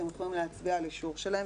אתם יכולים להצביע על האישור שלהם,